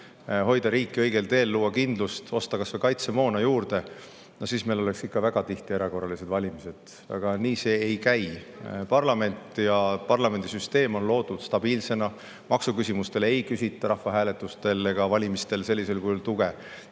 hoida riiki õigel teel, luua kindlust, osta kas või kaitsemoona juurde, oleks meil ikka väga tihti erakorralised valimised. Aga nii see ei käi. Parlament ja parlamendisüsteem on loodud stabiilsena, maksuküsimustele ei küsita rahvahääletustel ega valimistel sellisel kujul tuge.